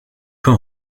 peu